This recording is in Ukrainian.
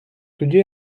тоді